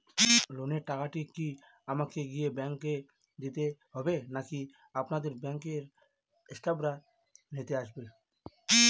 লোনের টাকাটি কি আমাকে গিয়ে ব্যাংক এ দিতে হবে নাকি আপনাদের ব্যাংক এর স্টাফরা নিতে আসে?